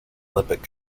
olympic